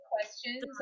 questions